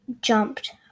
jumped